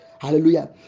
Hallelujah